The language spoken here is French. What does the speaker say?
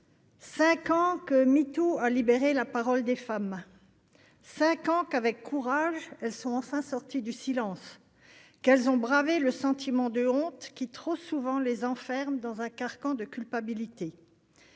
cinq ans que #MeeToo a libéré la parole des femmes, cinq ans que, avec courage, elles sont enfin sorties du silence, bravant le sentiment de honte qui trop souvent les enferme dans un carcan de culpabilité.